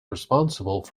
responsible